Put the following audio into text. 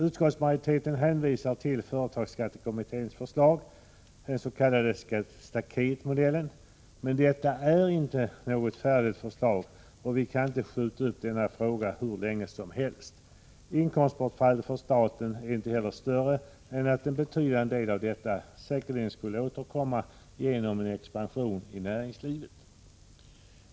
Utskottsmajoriteten hänvisar till företagsskattekommitténs förslag, den s.k. staketmodellen, men detta är inte något färdigt förslag, och vi kan inte skjuta upp denna fråga hur länge som helst. Inkomstbortfallet för staten är inte heller större än att en betydande del av detta skulle återvinnas genom en expansion i näringslivet.